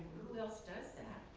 who else does that?